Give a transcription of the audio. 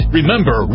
Remember